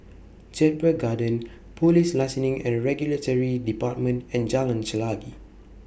Jedburgh Gardens Police Licensing and Regulatory department and Jalan Chelagi